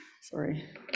Sorry